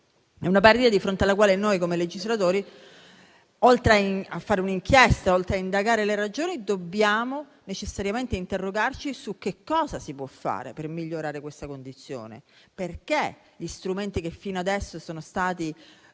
È una perdita di fronte alla quale noi, come legislatori, oltre a fare un'inchiesta e indagarne le ragioni, dobbiamo necessariamente interrogarci su cosa si possa fare per migliorare questa condizione e sulle ragioni per le quali gli strumenti che fino ad ora sono stati